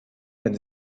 wenn